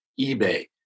eBay